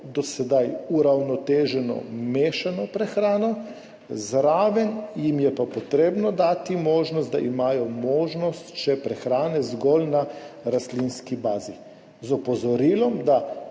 do sedaj uravnoteženo mešano prehrano, zraven jim je pa potrebno dati možnost, da imajo možnost še prehrane zgolj na rastlinski bazi, z opozorilom, da